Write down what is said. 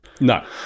No